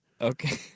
Okay